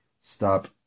stop